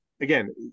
again